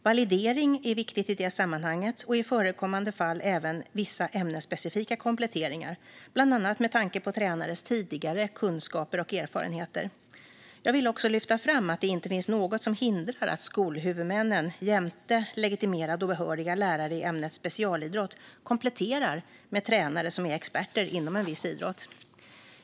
Validering är viktigt i detta sammanhang och i förekommande fall även vissa ämnesspecifika kompletteringar, bland annat med tanke på tränares tidigare kunskaper och erfarenheter. Jag vill också lyfta fram att det inte finns något som hindrar att skolhuvudmännen jämte legitimerade och behöriga lärare i ämnet specialidrott kompletterar med tränare som är experter inom en viss idrott.